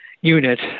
unit